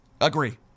Agree